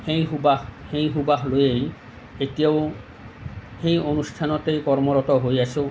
সেই সুৱাস সেই সুৱাস লৈয়ে এতিয়াও সেই অনুষ্ঠানতেই কৰ্মৰত হৈ আছো